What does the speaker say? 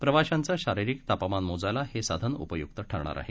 प्रवाशांचं शारीरिक तापमान मोजायला हे साधन उपयुक्त ठरणार आहे